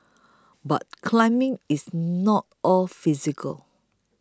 but climbing is not all physical